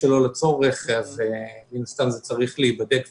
שלא לצורך אז מן הסתם זה צריך להיבדק ולהיבחן.